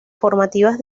formativas